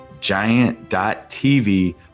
giant.tv